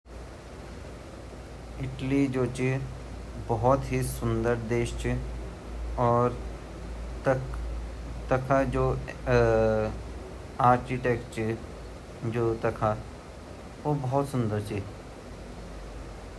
इटली जु ची नाम से ही भोत सुन्दर लगन वखे जु बिल्डिंग जू छिन भोत सुन्दर छिन रोड भी भोत सुन्दर छिन अर वाखे जु कृषि ची उ इथया ज़्यादा कृषि नी ची पर वखा जु ल्वॉक छिन ऊना धरम ची कैथेलिक, कैथेलिक जु यू वोना मरियम ते मानन वाला ता हमा जु देशे प्रधान मंत्री बहु इंद्रा गाँधी बहू सोनिया गाँधी ची ऊ भी इटली बाटिन ची भोत सुन्दरची अर वख यूनिवर्सिटी भी पढ़नो ते भोत बढ़िया छिन।